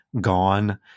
gone